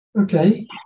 Okay